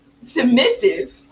submissive